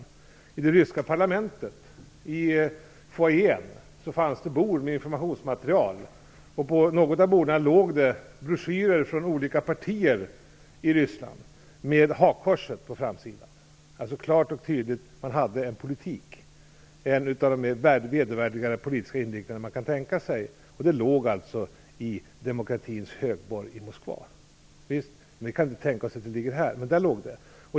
I foajén i det ryska parlamentet fanns det bord med informationsmaterial. På något av borden låg det broschyrer med hakkorset på framsidan från olika partier i Ryssland. Man hade klart och tydligt en politik - en av de mest vedervärdiga politiska inriktningar som kan tänkas. Detta låg i demokratins högborg i Moskva. Vi kan inte tänka oss att det ligger här i riksdagen. Men där låg det.